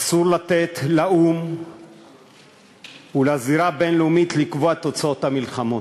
אסור לתת לאו"ם ולזירה הבין-לאומית לקבוע את תוצאות המלחמות,